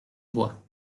bois